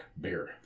beer